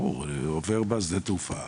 עובר בשדה התעופה